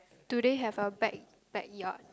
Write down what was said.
do they have a back backyard